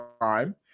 time